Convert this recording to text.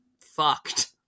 fucked